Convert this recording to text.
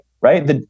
right